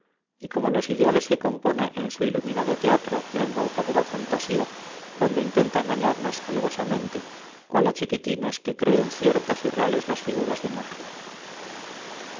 y como los ideales que compone en su iluminado teatro la embaucadora fantasía cuando intenta engañarnos alevosamente cual a chiquitines que creen ciertas y reales las figuras de magia